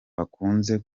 hakunze